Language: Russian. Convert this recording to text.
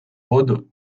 воду